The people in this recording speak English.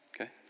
Okay